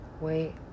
wait